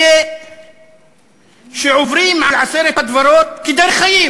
אלה שעוברים על עשרת הדיברות כדרך חיים,